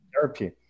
therapy